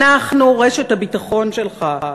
אנחנו רשת הביטחון שלך.